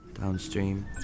Downstream